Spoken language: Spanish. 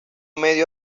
medio